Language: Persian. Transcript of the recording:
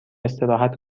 استراحت